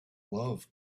love